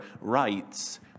rights